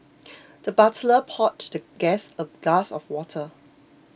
the butler poured the guest a glass of water